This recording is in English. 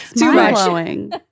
mind-blowing